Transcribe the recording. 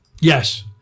Yes